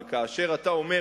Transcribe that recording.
אבל כאשר אתה אומר: